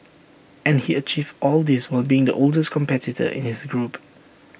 and he achieved all this while being the oldest competitor in his group